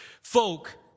folk